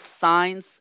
signs